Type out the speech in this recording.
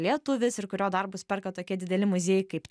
lietuvis ir kurio darbus perka tokie dideli muziejai kaip